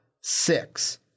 six